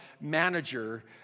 manager